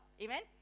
Amen